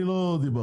אני לא דיברתי.